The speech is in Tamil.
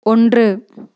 ஒன்று